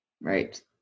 Right